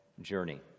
journey